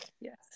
Yes